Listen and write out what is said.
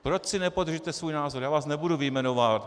Proč si nepodržíte svůj názor já vás nebudu vyjmenovávat.